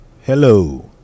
Hello